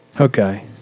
Okay